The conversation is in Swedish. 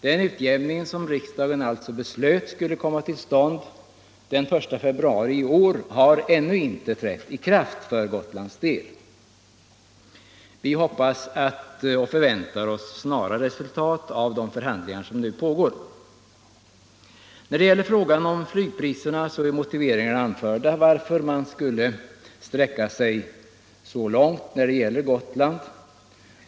Den utjämning som riksdagen alltså beslöt skulle komma till stånd den 1 februari i år har ännu inte blivit verklighet för Gotlands del. Vi hoppas och förväntar oss snara resultat av de förhandlingar som nu pågår. I fråga om flygpriserna är starka motiveringar anförda för att man bör sträcka sig så långt som nu föreslås när det gäller Gotland.